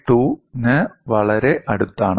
52 ന് വളരെ അടുത്താണ്